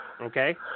Okay